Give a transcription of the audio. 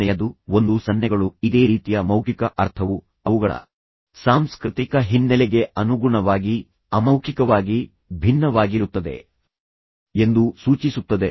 ಐದನೆಯದು ಒಂದು ಸನ್ನೆಗಳು ಇದೇ ರೀತಿಯ ಮೌಖಿಕ ಅರ್ಥವು ಅವುಗಳ ಸಾಂಸ್ಕೃತಿಕ ಹಿನ್ನೆಲೆಗೆ ಅನುಗುಣವಾಗಿ ಅಮೌಖಿಕವಾಗಿ ಭಿನ್ನವಾಗಿರುತ್ತದೆ ಎಂದು ಸೂಚಿಸುತ್ತದೆ